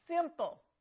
simple